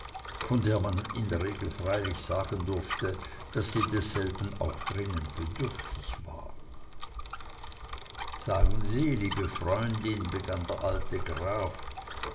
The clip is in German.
von der man in der regel freilich sagen durfte daß sie desselben auch dringend bedürftig war sagen sie liebe freundin begann der alte graf